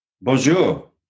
Bonjour